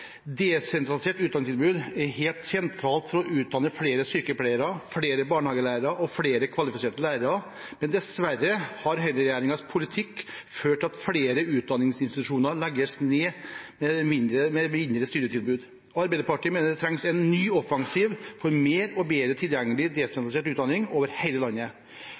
helt sentralt for å utdanne flere sykepleiere, flere barnehagelærere og flere kvalifiserte lærere, men dessverre har høyreregjeringens politikk ført til at flere utdanningsinstitusjoner legges ned, og at studietilbudet blir mindre. Arbeiderpartiet mener det trengs en ny offensiv for mer og bedre tilgjengelig desentralisert utdanning over hele landet.